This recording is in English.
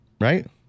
Right